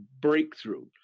breakthrough